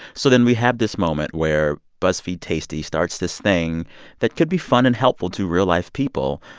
so then we have this moment where buzzfeed tasty starts this thing that could be fun and helpful to real-life people.